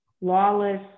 Lawless